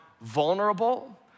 vulnerable